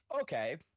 Okay